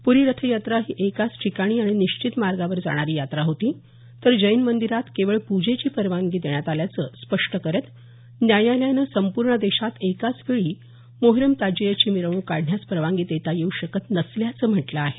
pre रथयात्रा ही एकाच ठिकाणी आणि निश्चित मार्गावर जाणारी यात्रा होती तर जैन मंदिरात केवळ पूजेची परवानगी देण्यात आल्याचं स्पष्ट करत न्यायालयानं संपूर्ण देशात एकाचवेळी मोहरम ताजियाची मिरवणूक काढण्यास परवानगी देता येऊ शकत नसल्याचं न्यायालयानं म्हटलं आहे